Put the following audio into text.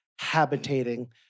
habitating